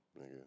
nigga